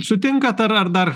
sutinkat ar ar dar